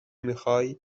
میخوای